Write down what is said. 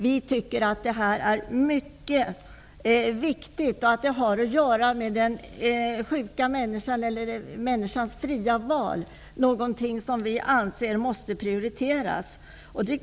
Vi tycker att detta är mycket viktigt och att det har att göra med människans fria val, något som vi anser måste prioriteras.